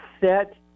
set